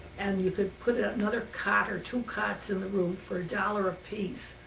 and you could put ah another cot or two cots in the room for a dollar apiece.